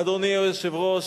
אדוני היושב-ראש,